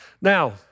Now